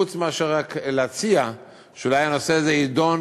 חוץ מאשר רק להציע שאולי הנושא הזה יידון